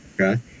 Okay